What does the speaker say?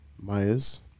Myers